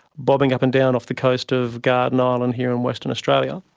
bobbing up and down off the coast of garden island here in western australia,